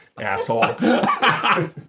asshole